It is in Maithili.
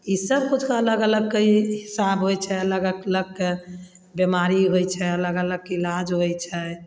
ई सब किछुके अलग अलगके हिसाब होइ छै अलग अलगके बीमारी होइ छै अलग अलगके इलाज होइ छै